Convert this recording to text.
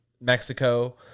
mexico